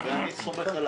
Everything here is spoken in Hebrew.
אני סומך.